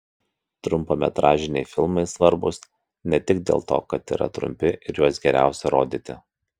trumpametražiai filmai svarbūs ne tik dėl to kad yra trumpi ir juos geriausia rodyti